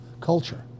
culture